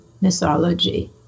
mythology